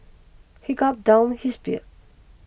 he gulpe down his beer